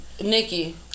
Nikki